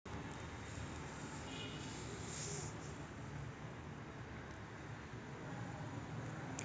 इतर बेरींप्रमाणे, बेरीमध्ये अँटिऑक्सिडंट्स आणि फायबर असतात